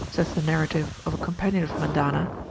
says the narrative of a companion of mendana,